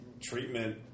treatment